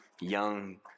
young